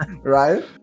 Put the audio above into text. Right